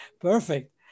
Perfect